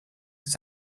his